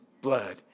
blood